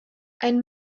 ein